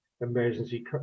emergency